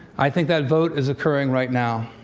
i think that vote is occurring right now.